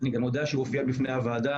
אני גם יודע שהוא הופיע בפני הוועדה